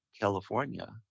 California